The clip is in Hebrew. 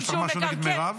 יש לך משהו נגד מרב?